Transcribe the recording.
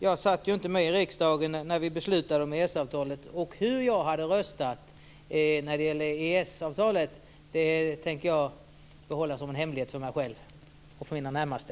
Jag satt inte i riksdagen när beslutet om EES avtalet fattades, och hur jag hade röstat när det gäller EES-avtalet tänker jag behålla som en hemlighet för mig själv och för mina närmaste.